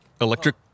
electric